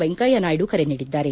ವೆಂಕಯ್ಯ ನಾಯ್ಡ ಕರೆ ನೀಡಿದ್ದಾರೆ